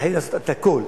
וחייבים לעשות את הכול,